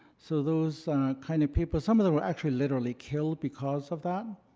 so those kind of people, some of them were actually literally killed because of that.